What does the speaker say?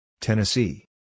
Tennessee